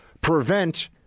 prevent